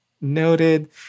noted